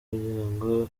kugirango